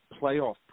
playoff